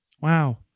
Wow